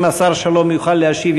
אם השר שלום יוכל להשיב,